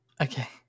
Okay